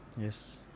Yes